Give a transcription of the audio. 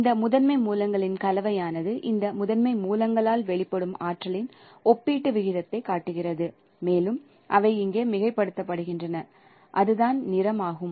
இந்த முதன்மை மூலங்களின் கலவையானது இந்த முதன்மை மூலங்களால் வெளிப்படும் ஆற்றலின் ஒப்பீட்டு விகிதத்தைக் காட்டுகிறது மேலும் அவை இங்கே மிகைப்படுத்தப்படுகின்றன அதுதான் நிறம் ஆகும்